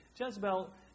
Jezebel